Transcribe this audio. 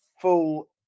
full